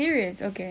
mm